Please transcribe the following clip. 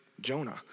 Jonah